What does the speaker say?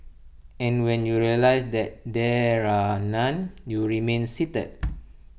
and when you realise that there are none you remain seated